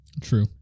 true